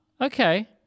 okay